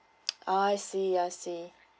oh I see I see